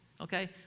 okay